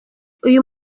uyu